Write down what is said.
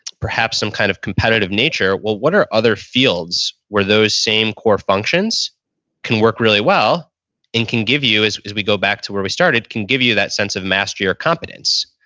perhaps some kind of competitive nature well what are other fields where those same core functions can work really well and can give you as we go back to where we started, can give you that sense of mastery or competence,